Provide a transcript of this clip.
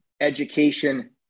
education